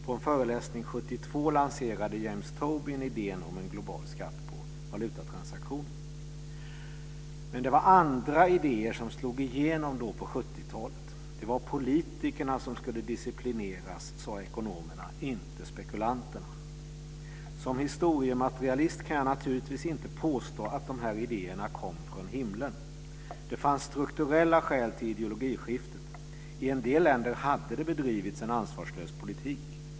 På en föreläsning 1972 lanserade James Men det var andra idéer som slog igenom på 70 talet. Det var politikerna som skulle disciplineras, sade ekonomerna, inte spekulanterna. Som historiematerialist kan jag naturligtvis inte påstå att de här idéerna kom från himlen. Det fanns strukturella skäl till ideologiskiftet. I en del länder hade det bedrivits en ansvarslös politik.